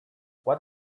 what